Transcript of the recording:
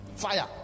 Fire